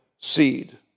seed